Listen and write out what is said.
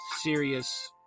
serious